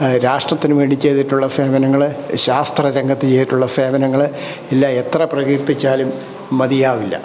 രാഷ്ട്രത്തിന് വേണ്ടി ചെയ്തിട്ടുള്ള സേവനങ്ങളെ ശാസ്ത്ര രംഗത്ത് ചെയ്തിട്ടുള്ള സേവനങ്ങളെ എല്ലാം എത്ര പ്രകീർത്തിച്ചാലും മതിയാവില്ല